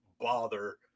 bother